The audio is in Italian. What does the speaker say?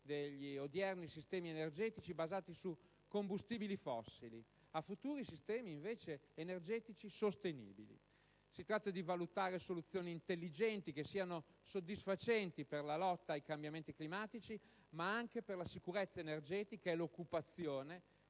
dagli odierni sistemi energetici basati su combustibili fossili a futuri sistemi energetici sostenibili. Si tratta di valutare soluzioni intelligenti che siano soddisfacenti per la lotta ai cambiamenti climatici ma anche per la sicurezza energetica e l'occupazione